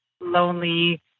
lonely